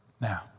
Now